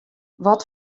wat